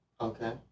Okay